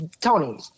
Tony